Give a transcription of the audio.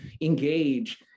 engage